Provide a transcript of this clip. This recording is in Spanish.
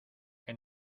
que